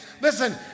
Listen